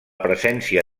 presència